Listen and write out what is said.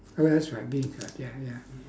oh that's right beancurd ya ya